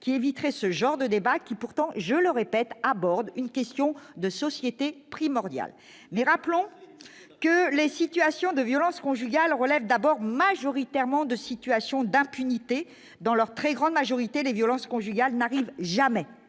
qui éviterait ce genre de débat qui, pourtant, je le répète, à bord d'une question de société primordial, mais rappelons que les situations de violences conjugales relève d'abord majoritairement de situation d'impunité dans leur très grande majorité des violences conjugales n'arrive jamais